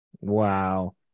Wow